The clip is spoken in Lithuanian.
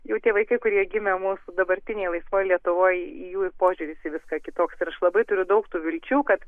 jau tie vaikai kurie gimę mūsų dabartinėj laisvoj lietuvoj jų ir požiūris į viską kitoks ir aš labai turiu daug tų vilčių kad